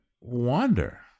wander